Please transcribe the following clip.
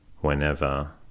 whenever